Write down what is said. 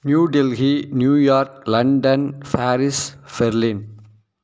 New Delhi New York London Paris Berlin